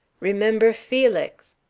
remember felix!